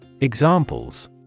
Examples